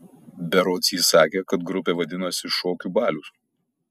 berods ji sakė kad grupė vadinasi šokių balius